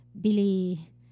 Billy